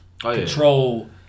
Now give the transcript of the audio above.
control